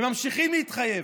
וממשיכים להתחייב,